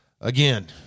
again